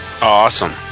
Awesome